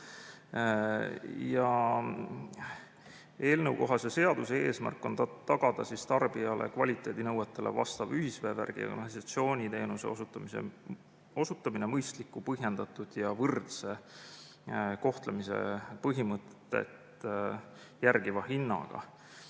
Eelnõukohase seaduse eesmärk on tagada tarbijale kvaliteedinõuetele vastav ühisveevärgi ja ‑kanalisatsiooni teenuse osutamine mõistliku, põhjendatud ja võrdse kohtlemise põhimõtet järgiva hinnaga.